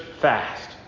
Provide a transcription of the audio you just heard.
fast